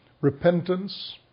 repentance